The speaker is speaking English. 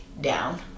down